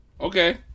Okay